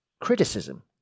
criticism